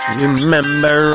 Remember